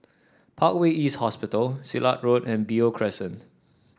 Parkway East Hospital Silat Road and Beo Crescent